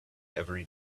every